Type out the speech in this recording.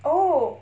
oh